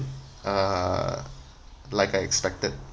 uh like I expected